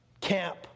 camp